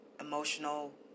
emotional